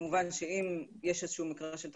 כמובן שאם יש איזשהו מקרה של תקלה,